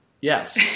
Yes